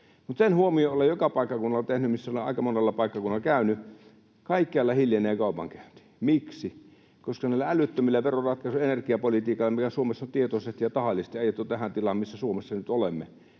Sen huomion olen joka paikkakunnalla tehnyt — olen aika monella paikkakunnalla käynyt — että kaikkialla hiljenee kaupankäynti. Miksi? Koska näillä älyttömillä veroratkaisuilla ja energiapolitiikalla meidät Suomessa on tietoisesti ja tahallisesti ajettu tähän tilaan, missä Suomessa nyt olemme.